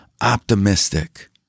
optimistic